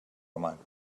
romans